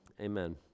Amen